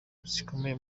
zikomeye